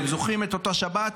אתם זוכרים את אותה שבת?